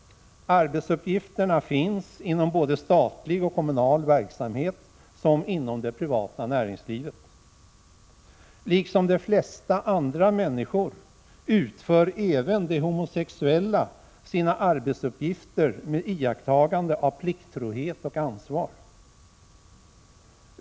Arbetsuppgifterna finns inom såväl statlig och kommunal verksamhet som inom det privata näringslivet. Liksom de flesta andra människor utför även de homosexuella sina arbetsuppgifter med iakttagande av plikttrohet och ansvar.